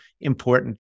important